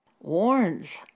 Warns